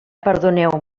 perdoneu